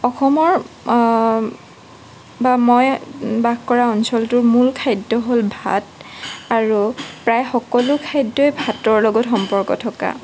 অসমৰ বা মই বাস কৰা অঞ্চলটো মূল খাদ্য হ'ল ভাত আৰু প্ৰায় সকলো খাদ্যই ভাতৰ লগত সম্পৰ্ক থকা